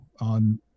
on